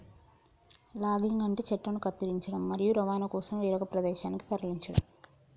logging అంటే చెట్లను కత్తిరించడం, మరియు రవాణా కోసం వేరొక ప్రదేశానికి తరలించడం